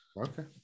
okay